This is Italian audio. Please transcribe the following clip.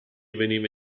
veniva